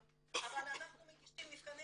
עבודה עם המערכות כדי לראות מה המקום של ההורים